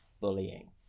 bullying